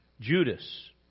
Judas